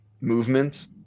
movement